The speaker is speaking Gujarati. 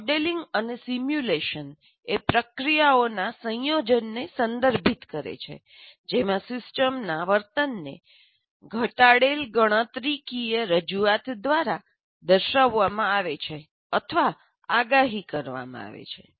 મોડેલિંગ અને સિમ્યુલેશન એ પ્રક્રિયાઓના સંયોજનને સંદર્ભિત કરે છે જેમાં સિસ્ટમના વર્તનને ઘટાડેલ ગણતરીકીય રજૂઆત દ્વારા દર્શાવવામાં આવે છે અથવા આગાહી કરવામાં આવે છે